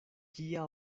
kia